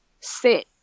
sit